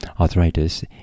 arthritis